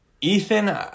Ethan